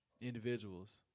individuals